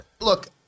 look